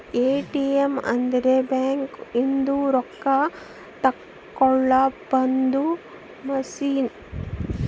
ATM ಅಂದ್ರ bank ಇಂದ ರೊಕ್ಕ ತೆಕ್ಕೊಳೊ ಒಂದ್ ಮಸಿನ್